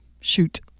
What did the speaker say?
shoot